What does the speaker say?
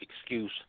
excuse